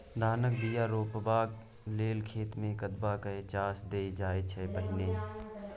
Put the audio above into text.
धानक बीया रोपबाक लेल खेत मे कदबा कए चास देल जाइ छै पहिने